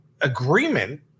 agreement